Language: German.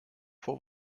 fuhr